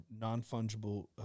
non-fungible